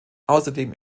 außerdem